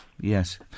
Yes